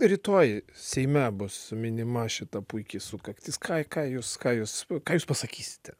rytoj seime bus minima šita puiki sukaktis ką ką jūs ką jūs ką jūs pasakysite